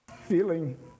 feeling